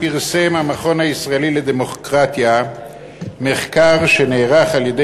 פרסם המכון הישראלי לדמוקרטיה מחקר שנערך על-ידי